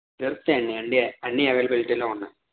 దొరుకుతాయి అండి అన్ని అవైలబిలిటీలో ఉన్నాయి